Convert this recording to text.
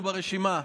הוא ברשימה.